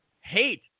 hate